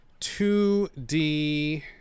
2D